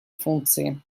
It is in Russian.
функции